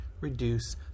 reduce